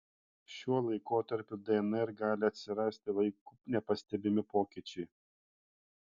šiuo laikotarpiu dnr gali atsirasti laiku nepastebimi pokyčiai